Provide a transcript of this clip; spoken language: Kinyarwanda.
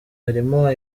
harimo